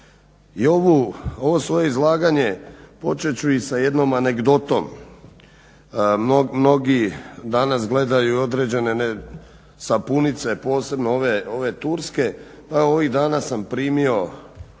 ovo svoje izlaganje počet ću i sa jednom anegdotom. Mnogi danas gledaju određene sapunice, posebno ove turske, a ta anegdota